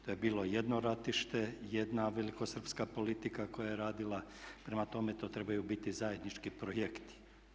To je bilo jedno ratište, jedna velikosrpska politika koja je radila i prema tome to trebaju biti zajednički projekti.